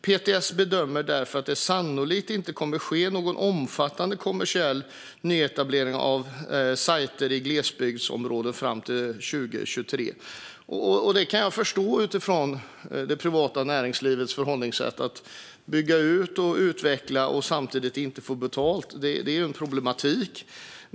PTS bedömer därför att det sannolikt inte kommer att ske någon omfattande kommersiell nyetablering av siter i glesbebyggda områden fram till år 2023." Det kan jag förstå utifrån det privata näringslivets förhållningssätt. Att bygga ut och utveckla samtidigt som man inte får betalt är ett problem.